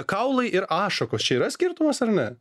kaulai ir ašakos čia yra skirtumas ar ne